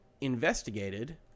investigated